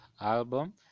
album